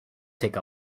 take